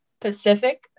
Pacific